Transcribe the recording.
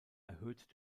erhöht